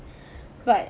but